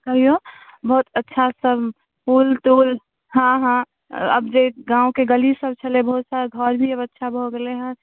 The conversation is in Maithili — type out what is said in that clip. अइऔ बहुत अच्छासँ पुल तुल हँ हँ अब जे गामके गलीसब छलै बहुत सारा घर भी अब अच्छा भऽ गेलै हँ